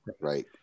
right